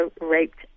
raped